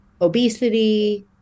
obesity